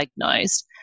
diagnosed